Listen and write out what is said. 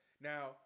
Now